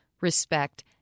respect